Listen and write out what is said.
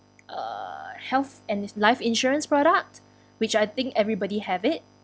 uh health and life insurance product which I think everybody have it